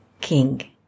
king